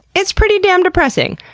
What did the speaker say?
it's pretty damn depressing.